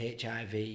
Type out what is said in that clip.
HIV